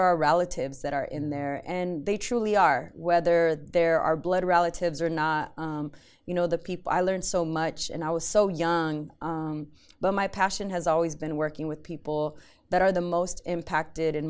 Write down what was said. are relatives that are in there and they truly are whether there are blood relatives or not you know the people i learned so much and i was so young but my passion has always been working with people that are the most impacted